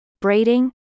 braiding